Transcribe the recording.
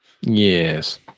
Yes